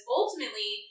ultimately